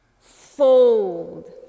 Fold